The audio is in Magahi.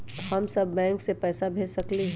हम सब बैंक में पैसा भेज सकली ह?